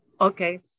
Okay